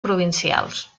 provincials